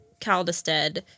Caldested